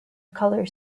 colour